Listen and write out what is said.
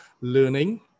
learning